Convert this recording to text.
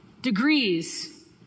degrees